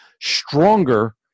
stronger